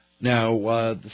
Now